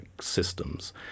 systems